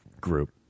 group